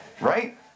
Right